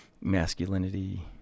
masculinity